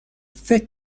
فکر